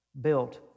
built